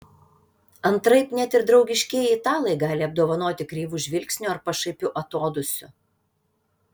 antraip net ir draugiškieji italai gali apdovanoti kreivu žvilgsniu ar pašaipiu atodūsiu